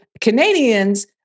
Canadians